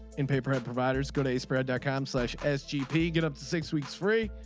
in paper had providers good a spread dot com such as gp get up to six weeks free